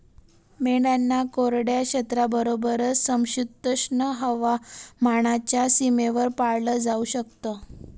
मेंढ्यांना कोरड्या क्षेत्राबरोबरच, समशीतोष्ण हवामानाच्या सीमेवर पाळलं जाऊ शकत